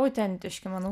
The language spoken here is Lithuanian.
autentiški manau